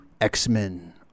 X-Men